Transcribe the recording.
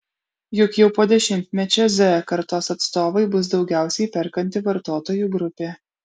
juk jau po dešimtmečio z kartos atstovai bus daugiausiai perkanti vartotojų grupė